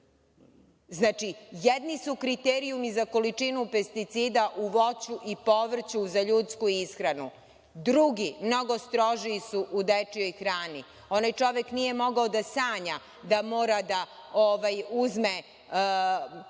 jedni su kriterijumi za količinu pesticida u voću i povrću za ljudsku ishranu, a drugi, mnogo strožiji, su u dečijoj hrani. Onaj čovek nije mogao da sanja da mora da uzme